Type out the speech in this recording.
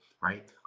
right